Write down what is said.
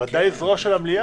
הוועדה היא זרוע של המליאה.